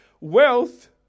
wealth